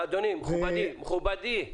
מכובדי,